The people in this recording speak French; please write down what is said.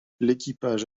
l’équipage